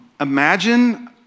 Imagine